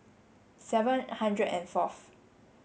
seven hundred and fourth